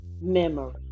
memory